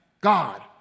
God